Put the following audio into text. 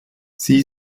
sie